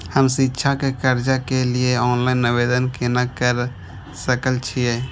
हम शिक्षा के कर्जा के लिय ऑनलाइन आवेदन केना कर सकल छियै?